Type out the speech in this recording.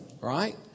right